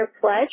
pledge